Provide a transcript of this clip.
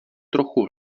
trochu